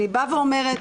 אני אומרת,